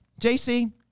JC